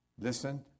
listen